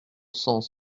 sens